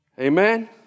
Amen